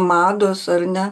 mados ar ne